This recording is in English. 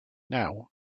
now